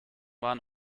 waren